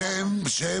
משהו?